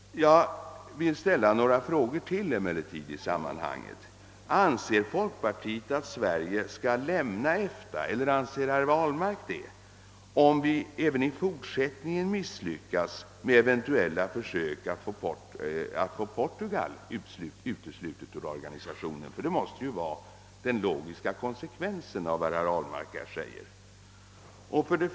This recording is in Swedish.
Jag vill emellertid ställa ytterligare några frågor i sammanhanget. Anser folkpartiet att Sverige skall lämna EFTA, eller anser herr Ahlmark det, om vi även i fortsättningen misslyckas med eventuella försök att få Portugal uteslutet ur organisationen? Det måste ju vara den logiska konsekvensen av vad herr Ahlmark här säger.